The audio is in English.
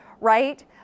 right